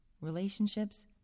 Relationships